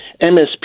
MSP